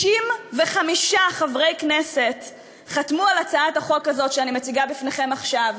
65 חברי כנסת חתמו על הצעת החוק שאני מציגה בפניכם עכשיו,